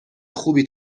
خوبی